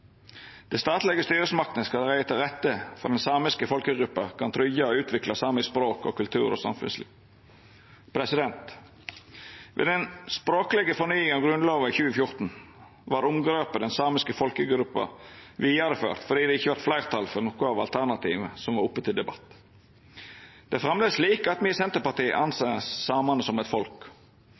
statlege styresmaktene skal leggje til rette for at den samiske folkegruppa kan tryggje og utvikle samisk språk, kultur og samfunnsliv.» Med den språklege fornyinga av Grunnlova i 2014 vart omgrepet «den samiske folkegruppa» vidareført, fordi det ikkje vart fleirtal for nokon av alternativa som var oppe til debatt. Det er framleis slik at me i Senterpartiet ser på samane som eit folk,